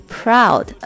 proud